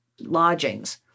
lodgings